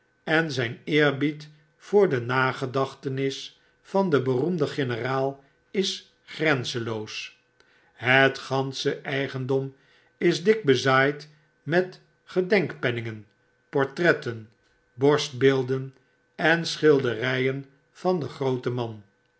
en zyn eerbied voor de nagedachtenis van den beroemden generaal is grenzenloos het gansche eigendom is dik bezaaidmetgedenkpenningen portretten borstbeelden en schilderijen van den grooten man